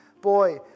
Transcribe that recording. boy